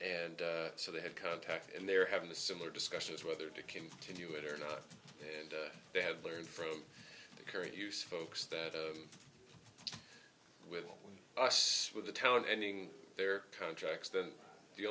and so they had contact and they are having a similar discussion is whether to continue it or not and they have learned from the current use folks that with us with the town ending their contracts the